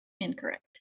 incorrect